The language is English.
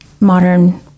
modern